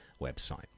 website